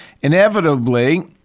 Inevitably